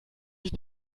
ich